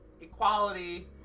equality